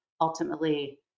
ultimately